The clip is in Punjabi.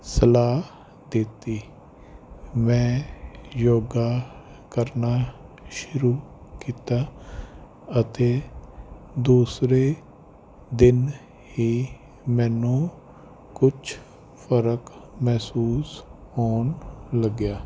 ਸਲਾਹ ਦਿੱਤੀ ਮੈਂ ਯੋਗਾ ਕਰਨਾ ਸ਼ੁਰੂ ਕੀਤਾ ਅਤੇ ਦੂਸਰੇ ਦਿਨ ਹੀ ਮੈਨੂੰ ਕੁਛ ਫਰਕ ਮਹਿਸੂਸ ਹੋਣ ਲੱਗਿਆ